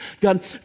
God